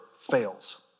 fails